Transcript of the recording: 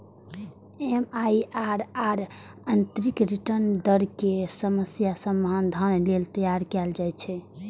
MIRR आंतरिक return दर के समस्याक समाधान लेल तैयार कैल जाइ छै